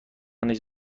نیز